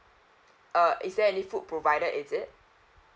uh is there any food provided is it